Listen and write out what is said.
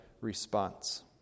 response